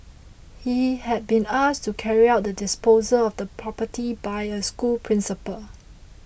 he had been asked to carry out the disposal of the property by a school principal